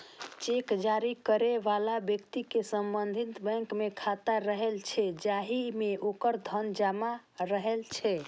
cheque जारी करै बला व्यक्ति के संबंधित बैंक मे खाता रहै छै, जाहि मे ओकर धन जमा रहै छै